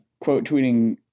quote-tweeting